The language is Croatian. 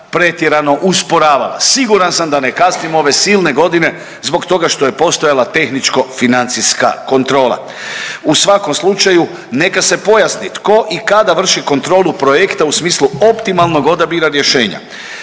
pretjerano usporavala. Siguran sam da ne kasnimo ove silne godine zbog toga što je postojala tehničko financijska kontrola. U svakom slučaju neka se pojasni tko i kada vrši kontrolu projekta u smislu optimalnog odabira rješenja.